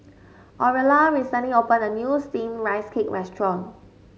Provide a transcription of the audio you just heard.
Aurilla recently opened a new steamed Rice Cake restaurant